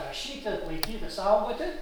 rašyti laikyti saugoti